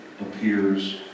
appears